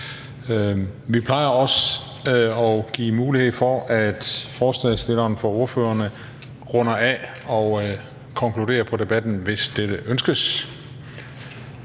Vi plejer også at give mulighed for, at ordføreren for forespørgerne runder af og konkluderer på debatten, hvis det ønskes